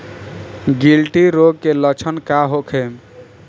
गिल्टी रोग के लक्षण का होखे?